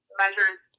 measures